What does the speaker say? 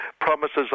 promises